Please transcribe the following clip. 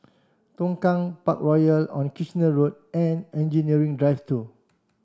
Tongkang Parkroyal on Kitchener Road and Engineering Drive two